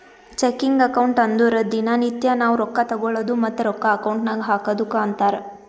checking account ಅಂದುರ್ ದಿನಾ ನಿತ್ಯಾ ನಾವ್ ರೊಕ್ಕಾ ತಗೊಳದು ಮತ್ತ ರೊಕ್ಕಾ ಅಕೌಂಟ್ ನಾಗ್ ಹಾಕದುಕ್ಕ ಅಂತಾರ್